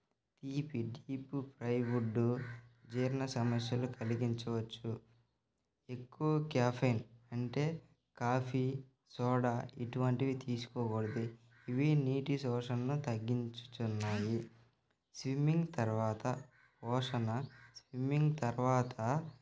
ఈ పిట్ ఇప్పు ఫ్రై వుడ్డు జీర్ణ సమస్యలు కలిగించవచ్చు ఎక్కువ క్యాఫెన్ అంటే కాఫీ సోడా ఇటువంటివి తీసుకోకూడదు ఇవి నీటి శోషణను తగ్గించుచున్నాయి స్విమ్మింగ్ తరువాత పోషణ స్విమ్మింగ్ తరువాత